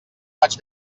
vaig